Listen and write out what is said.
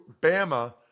Bama